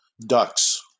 ducks